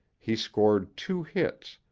he scored two hits,